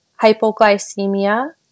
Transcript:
hypoglycemia